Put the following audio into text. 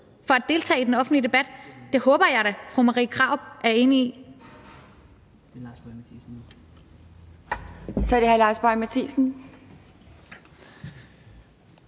for at deltage i den offentlige debat. Det håber jeg da at fru Marie Krarup er enig i.